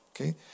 okay